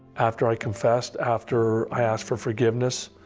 after i confessed, after i asked for forgiveness,